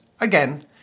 again